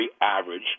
average